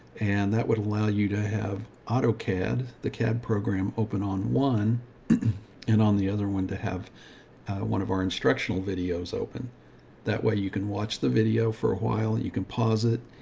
and that would allow you to have autocad the cad program open on one and on the other one to have one of our instructional videos open that way, you can watch the video for a while and you can pause it.